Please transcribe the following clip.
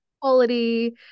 quality